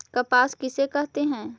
कपास किसे कहते हैं?